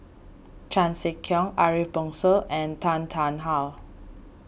Chan Sek Keong Ariff Bongso and Tan Tarn How